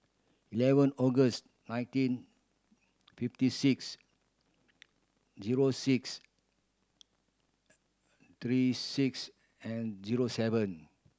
eleven August nineteen fifty six zero six three six and zero seven